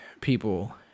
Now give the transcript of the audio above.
people